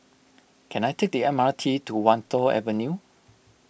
can I take the M R T to Wan Tho Avenue